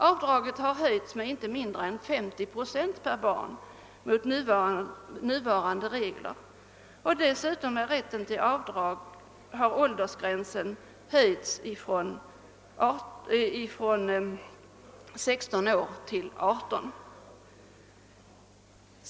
Avdraget har höjts med inte mindre än 50 procent per barn jämfört med vad som gäller med nuvarande regler. Dessutom är rätten till avdrag ändrad så att åldersgränsen har höjts från nuvarande 16 till 18 år.